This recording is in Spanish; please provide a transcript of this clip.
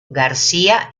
garcía